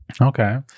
Okay